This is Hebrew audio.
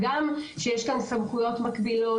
הגם שיש כאן סמכויות מקבילות.